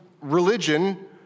religion